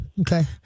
Okay